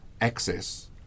access